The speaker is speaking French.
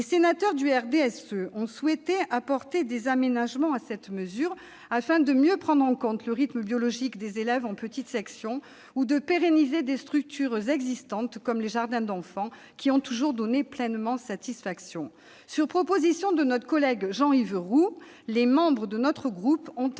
Les sénateurs du RDSE ont souhaité apporter des aménagements à cette mesure, afin de mieux prendre en compte le rythme biologique des élèves en petite section ou de pérenniser des structures existantes, comme les jardins d'enfants, qui ont toujours donné pleine satisfaction. Sur proposition de notre collègue Jean-Yves Roux, les membres de notre groupe ont,